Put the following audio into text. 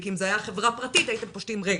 כי אם זאת הייתה חברה פרטית הייתם פושטים רגל.